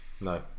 No